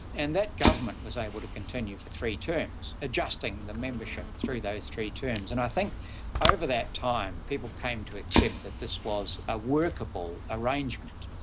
and that government was able to continue for three terms, adjusting the membership through those three terms. and i think over that time people came to accept that this was a workable arrangement,